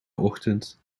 ochtend